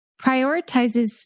prioritizes